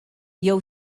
jew